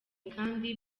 kandi